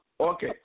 Okay